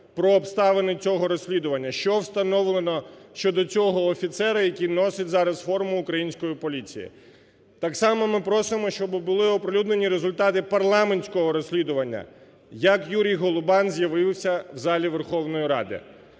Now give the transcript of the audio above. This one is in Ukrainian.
про обставини цього розслідування, що встановлено щодо цього офіцера, який носить зараз форму української поліції. Так само ми просимо, щоб були оприлюднені результати парламентського розслідування як Юрій Голубан з'явився в залі Верховної Ради.